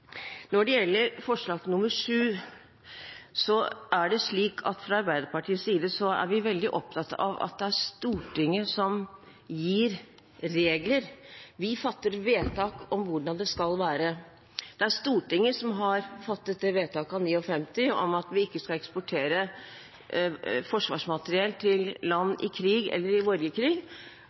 Når det gjelder forslag nr. 7, er vi fra Arbeiderpartiets side veldig opptatt av at det er Stortinget som gir regler: Vi fatter vedtak om hvordan det skal være. Det er Stortinget som fattet vedtaket av 1959, om at vi ikke skal eksportere forsvarsmateriell til land i krig eller i